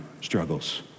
struggles